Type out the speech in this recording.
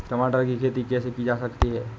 टमाटर की खेती कैसे की जा सकती है?